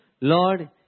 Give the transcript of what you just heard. Lord